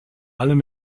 allem